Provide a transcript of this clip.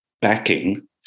backing